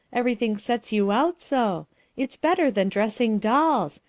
everything sets you out so its better than dressing dolls.